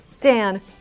Dan